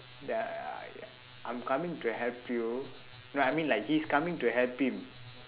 that I I I'm coming to help you no I mean like he's coming to help him